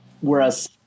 whereas